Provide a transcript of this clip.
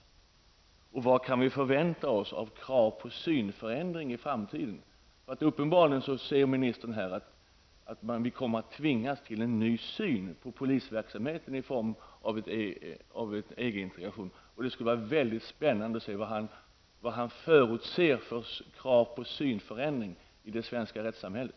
Vad kan vi förvänta oss för krav på synförändring i framtiden? Ministern säger att man kan tvingas till en ny syn på polisverksamheten vid en EG-integration. Det vore väldigt spännande att höra vad ministern förutser för krav på synförändring i det svenska rättssamhället.